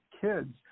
kids